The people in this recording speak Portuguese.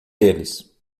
eles